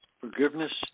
forgiveness